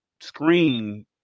Screen